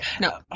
No